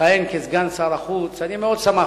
לכהן כסגן שר החוץ אני מאוד שמחתי,